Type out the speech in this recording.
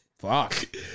fuck